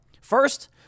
first